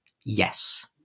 Yes